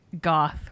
goth